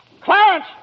Clarence